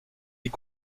est